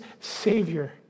Savior